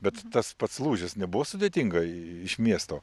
bet tas pats lūžis nebuvo sudėtinga iš miesto